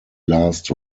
last